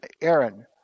Aaron